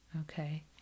Okay